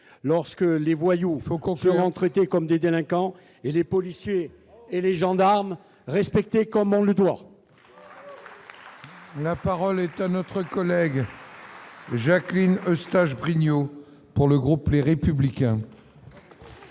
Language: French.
lorsque les voyous faut conférant traités comme des délinquants et les policiers et les gendarmes respecter quand même le dehors. La parole est à notre collègue. Jacqueline Eustache-Brinio pour le groupe, les républicains.